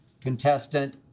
contestant